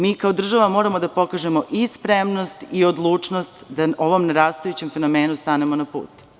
Mi kao država moramo da pokažemo i spremnost i odlučnost da ovom narastajućem fenomenu stanemo na put.